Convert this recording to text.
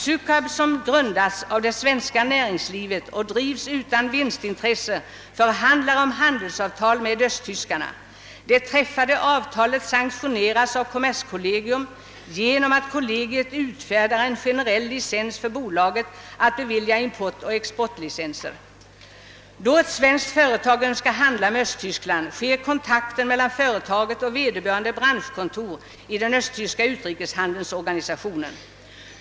Sukab, som grundats av det svenska när ringslivet och drivs utan vinstintresse, förhandlar om handelsavtal med östtyskarna. Det träffade avtalet sanktioneras av kommerskollegium genom att kollegiet utfärdar en generell licens för bolaget att bevilja importoch exportlicenser. Då ett svenskt företag önskar handla med Östtyskland sker kontakten mellan företaget och vederbörande branschkontor i den östtyska utrikeshandelsorganisationen.